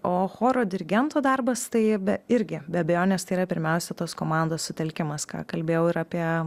o choro dirigento darbas tai irgi be abejonės tai yra pirmiausia tos komandos sutelkimas ką kalbėjau ir apie